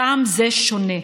הפעם זה שונה.